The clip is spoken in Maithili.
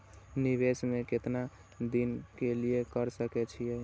निवेश में केतना दिन के लिए कर सके छीय?